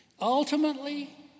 Ultimately